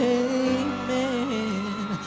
amen